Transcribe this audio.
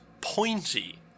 pointy